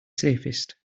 safest